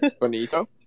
Bonito